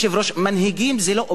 מנהיגים זה לא אובייקט,